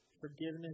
forgiveness